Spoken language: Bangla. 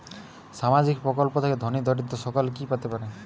সামাজিক প্রকল্প থেকে ধনী দরিদ্র সকলে কি পেতে পারে?